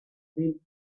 been